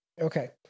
Okay